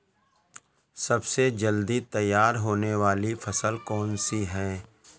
सबसे जल्दी तैयार होने वाली फसल कौन सी है?